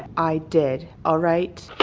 i did. alright?